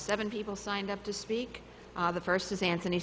seven people signed up to speak the first is anthony